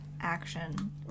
action